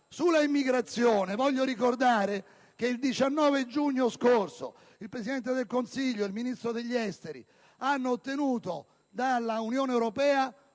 Sull'immigrazione, voglio ricordare che il 19 giugno scorso il Presidente del Consiglio e il Ministro degli affari esteri hanno ottenuto dall'Unione europea